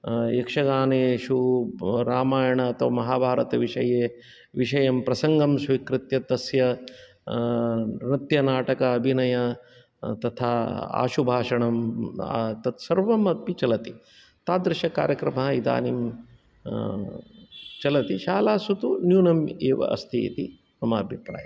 यक्षगानेषु रामायण अथवा महाभारत विषये विषयं प्रसङ्गं स्वीकृत्य तस्य नृत्यनाटक अभिनय तथा आशुभाषणं तत्सर्वमपि चलति तादृश कार्यक्रमाः इदानीं चलति शालासु तु न्यूनम् एव अस्ति इति मम अभिप्रायः